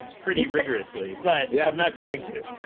um pretty rigorously. but yeah i'm not going to.